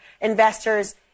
investors